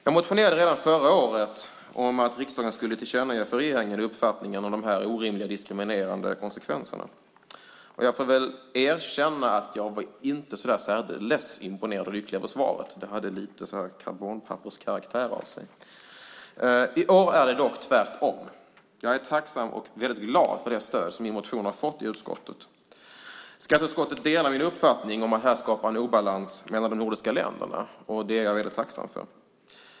Jag motionerade redan förra året om att riksdagen för regeringen skulle tillkännage uppfattningen om de här orimliga och diskriminerande konsekvenserna. Jag får väl erkänna att jag inte var så särdeles imponerad av svaret. Det hade något av karbonpapperskaraktär över sig. I år är det dock tvärtom. Jag är tacksam och väldigt glad för det stöd som min motion har fått i utskottet. Skatteutskottet delar min uppfattning att detta skapar en obalans mellan de nordiska länderna. Det är jag väldigt tacksam för.